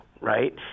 right